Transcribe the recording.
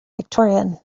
victorian